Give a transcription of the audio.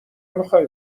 میخوای